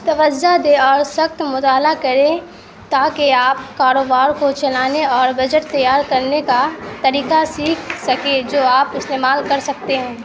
توجہ دیں اور سخت مطالعہ کریں تاکہ آپ کاروبار کو چلانے اور بجٹ تیار کرنے کا طریقہ سیکھ سکیں جو آپ استعمال کر سکتے ہیں